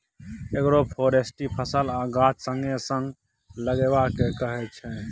agroforestry फसल आ गाछ संगे संग लगेबा केँ कहय छै